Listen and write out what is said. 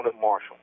Marshall